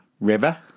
River